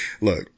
look